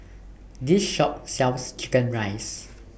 This Shop sells Chicken Rice